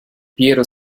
piero